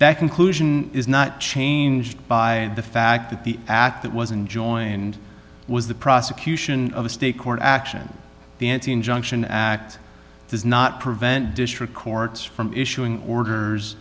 that conclusion is not changed by the fact that the act that wasn't joined was the prosecution of a state court action the injunction act does not prevent district courts from issuing orders